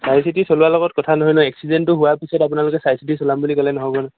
চাই চিতি চলোৱাৰ লগত কথা নহয় নহয় এক্সিেটটো হোৱাৰ পিছত আপালোকে চাই চিতি চলাম বুলি ক'লে নহ'ব ন